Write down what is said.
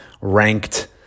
ranked